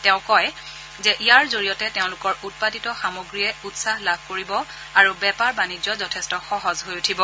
তেওঁ কয় যে ইয়াৰ জৰিয়তে তেওঁলোকৰ উৎপাদিত সামগ্ৰীয়ে উৎসাহ লাভ কৰিব আৰু বেপাৰ বাণিজ্য যথেষ্ট সহজ হৈ উঠিব